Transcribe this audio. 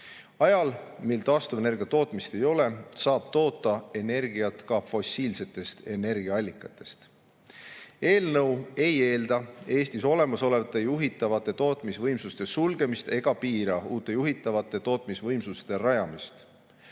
Ajal, mil taastuvenergia tootmist ei ole, saab toota energiat ka fossiilsetest energiaallikatest. Eelnõu ei eelda Eestis olemasolevate juhitavate tootmisvõimsuste sulgemist ega piira uute juhitavate tootmisvõimsuste rajamist.